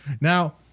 Now